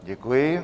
Děkuji.